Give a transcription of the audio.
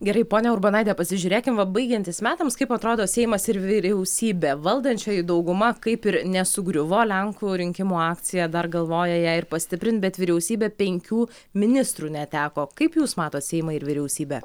gerai ponia urbonaite pasižiūrėkim va baigiantis metams kaip atrodo seimas ir vyriausybė valdančioji dauguma kaip ir nesugriuvo lenkų rinkimų akcija dar galvoja ją ir pastiprint bet vyriausybė penkių ministrų neteko kaip jūs matot seimą ir vyriausybę